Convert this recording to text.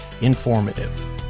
Informative